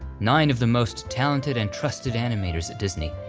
nine of the most talented and trusted animators at disney,